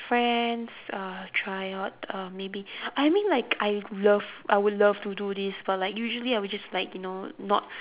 friends uh try out um maybe I mean like I love I would love to do this but like usually I would just like you know not